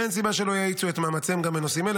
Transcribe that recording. ואין סיבה שלא יאיצו את מאמציהם גם בנושאים אלה.